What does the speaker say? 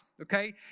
okay